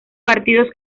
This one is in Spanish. partidos